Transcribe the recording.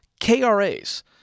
KRAs